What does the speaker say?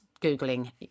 Googling